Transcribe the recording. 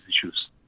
issues